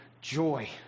joy